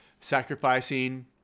sacrificing